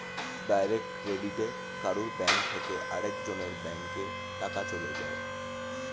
direct ক্রেডিটে কারুর bank থেকে আরেক জনের ব্যাংকে টাকা চলে যায়